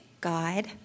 God